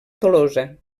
tolosa